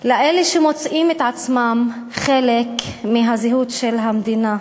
לאלה שמוצאים את עצמם חלק מהזהות של המדינה,